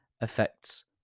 affects